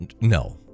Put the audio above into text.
no